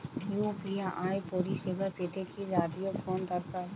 UPI পরিসেবা পেতে কি জাতীয় ফোন দরকার?